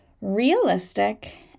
realistic